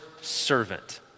servant